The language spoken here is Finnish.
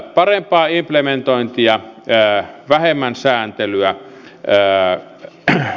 parempaa implementointia vähemmän sääntelyä